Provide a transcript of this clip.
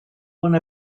one